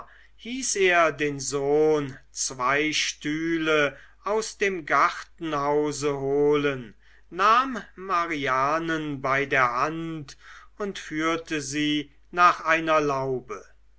hieß er den sohn zwei stühle aus dem gartenhause holen nahm marianen bei der hand und führte sie nach einer laube